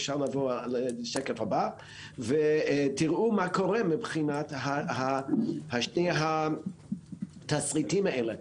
אפשר לעבור לשקף הבא ותיראו מה קורה מבחינת שני התסריטים האלה,